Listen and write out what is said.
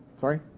Sorry